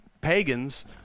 pagans